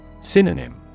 Synonym